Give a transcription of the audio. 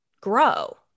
Grow